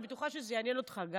אני בטוחה שזה גם יעניין אותך,